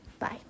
Bye